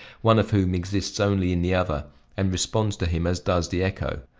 one of whom exists only in the other and responds to him as does the echo.